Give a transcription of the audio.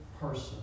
person